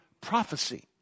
prophecy